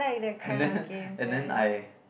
and then and then I